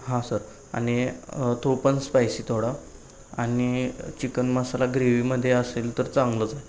हां सर आणि तो पण स्पायसी थोडा आणि चिकन मसाला ग्रेव्हीमध्ये असेल तर चांगलंच आहे